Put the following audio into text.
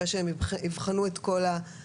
אחרי שהם יבחנו את כל ההיבטים.